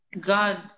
God